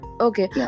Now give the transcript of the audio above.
okay